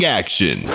action